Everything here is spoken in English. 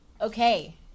Okay